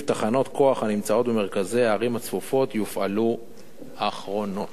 תחנות כוח הנמצאות במרכזי הערים הצפופות יופעלו אחרונות.